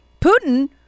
Putin